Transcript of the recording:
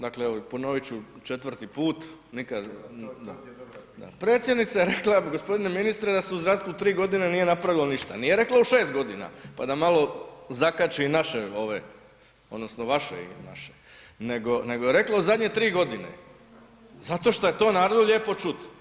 Dakle ponovit ću četvrti put, predsjednica je rekla gospodine ministre da se u zdravstvu tri godine nije napravilo ništa, nije rekla u šest godina pa da malo zakači i naše ove odnosno vaše i naše, nego je rekla u zadnje tri godine, zato što je to narodu lijepo čut.